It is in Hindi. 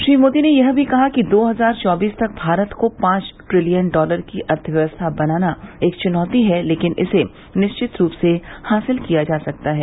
श्री मोदी ने यह भी कहा कि दो हजार चौबीस तक भारत को पांच ट्रिलियन डॉलर की अर्थव्यक्स्था बनाना एक चुनौती है लेकिन इसे निश्चित रूप से हासिल किया जा सकता है